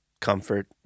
Comfort